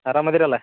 ಆರಾಮ್ ಅದಿರಲ್ಲ